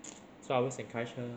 so I always encourage her